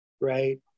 right